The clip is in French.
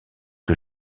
que